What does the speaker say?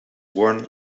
worn